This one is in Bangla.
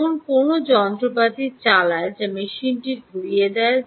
এমন কোনও যন্ত্রপাতি চালায় যা মেশিনটি ঘুরিয়ে দেয়